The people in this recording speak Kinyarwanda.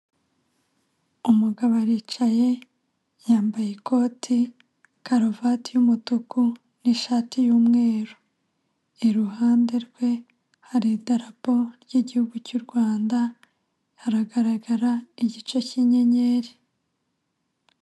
Umugabo aricaye yambaye ikote karuvati y'umutuku n'ishati y'umweru ,iruhande rwe hari idarapo ryihugu cy'u Rwanda hagaragara igice cy'inyenyeri.